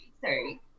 sorry